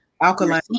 alkaline